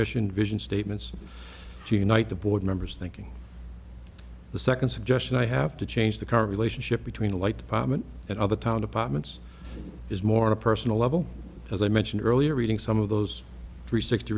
mission vision statements tonight the board members thinking the second suggestion i have to change the current relationship between the light department and other town departments is more of a personal level as i mentioned earlier reading some of those three sixty